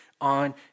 on